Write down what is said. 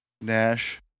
Nash